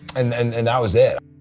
and and and that was it.